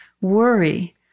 Worry